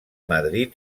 madrid